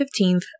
15th